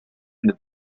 into